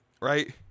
right